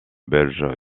belge